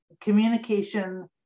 communication